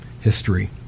history